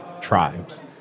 tribes